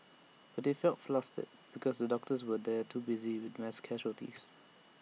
but they felt flustered because the doctors were there too busy with the mass casualties